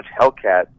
Hellcat